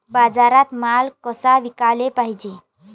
बाजारात माल कसा विकाले पायजे?